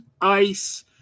ice